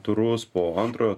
turus po antrojo